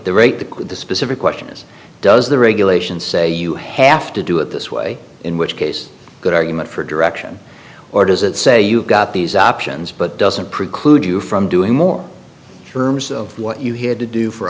the rate the the specific question is does the regulations say you have to do it this way in which case good argument for direction or does it say you've got these options but doesn't preclude you from doing more terms of what you had to do for